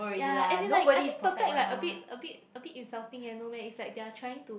ya as in like I think perfect like a bit a bit a bit insulting eh no meh is like they're trying to